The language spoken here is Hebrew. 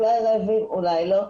אולי רעבים ואולי לא,